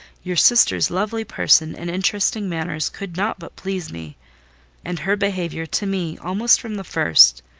your sister's lovely person and interesting manners could not but please me and her behaviour to me almost from the first,